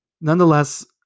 Nonetheless